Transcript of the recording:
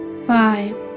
Five